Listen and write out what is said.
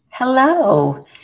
Hello